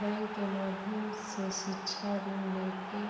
bank के माध्यम से शिक्षा ऋण लेके